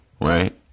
right